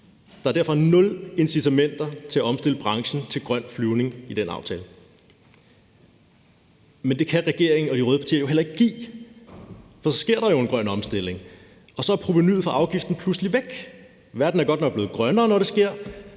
Der er derfor nul incitamenter til at omstille branchen til grøn flyvning i den aftale. Men det kan regeringen og de røde partier jo heller ikke give, for så sker der jo en grøn omstilling, og så er provenuet fra afgiften pludselig væk. Verden er godt nok blevet grønnere, når det sker,